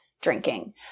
drinking